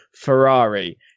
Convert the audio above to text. Ferrari